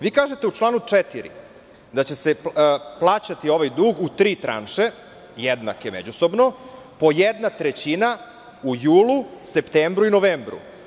Vi kažete u članu 4. da će se plaćati ovaj dug u tri međusobno jednake tranše, po jedna trećina u julu, septembru i novembru.